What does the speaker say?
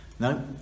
no